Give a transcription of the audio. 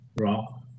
rock